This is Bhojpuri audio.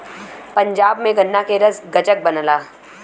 पंजाब में गन्ना के रस गजक बनला